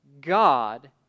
God